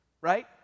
right